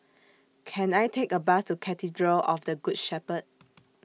Can I Take A Bus to Cathedral of The Good Shepherd